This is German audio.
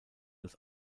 als